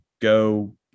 go